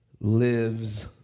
lives